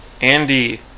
Andy